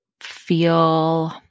feel